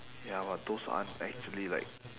ya but those aren't actually like